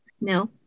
no